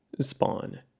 Spawn